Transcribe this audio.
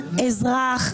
אזרח,